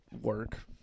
work